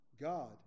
God